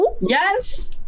yes